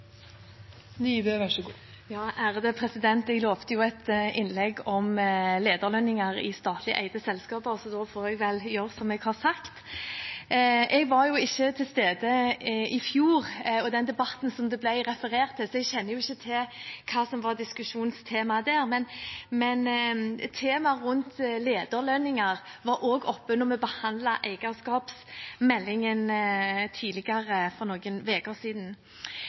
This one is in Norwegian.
eide selskaper, så da får jeg vel gjøre som jeg har sagt. Jeg var ikke til stede i fjor under den debatten det blir referert til, så jeg kjenner ikke til diskusjonstemaet der, men temaet lederlønninger var også oppe da vi behandlet eierskapsmeldingen for noen uker siden.